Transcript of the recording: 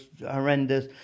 horrendous